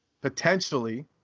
Potentially